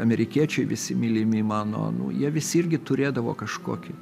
amerikiečiai visi mylimi mano nu jie visi irgi turėdavo kažkokį